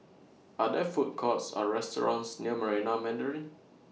Are There Food Courts Or restaurants near Marina Mandarin